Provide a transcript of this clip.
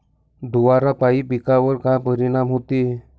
धुवारापाई पिकावर का परीनाम होते?